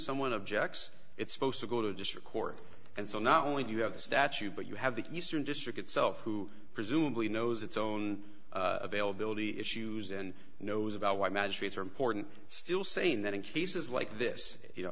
someone objects it's supposed to go to district court and so not only do you have the statue but you have the eastern district itself who presumably knows its own availability issues and knows about why magistrates are important still saying that in cases like this you know